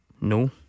No